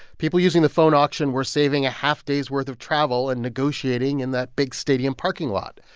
people using the phone auction were saving a half days' worth of travel and negotiating in that big stadium parking lot.